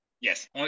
Yes